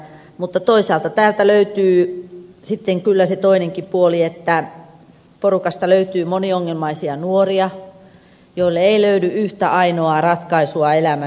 mutta toisaalta täältä löytyy sitten kyllä se toinenkin puoli että porukasta löytyy moniongelmaisia nuoria joille ei löydy yhtä ainoaa ratkaisua elämänsä tielle